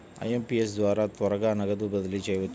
IMPS ద్వారా త్వరగా నగదు బదిలీ చేయవచ్చునా?